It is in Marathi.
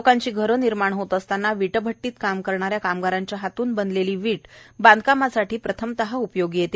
लोकांची घरे निर्माण होत असताना वीट भट्टीत काम करणाऱ्या कामगारांच्या हातून बनलेली विट बांधकामासाठी प्रथमतः उपयोगात येते